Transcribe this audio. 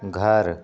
घर